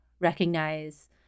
recognize